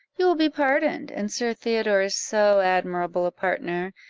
you will be pardoned, and sir theodore is so admirable a partner,